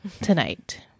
tonight